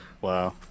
Wow